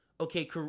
okay